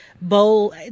Bowl